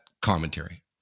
commentary